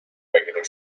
regular